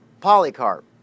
Polycarp